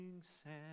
sand